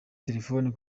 telefone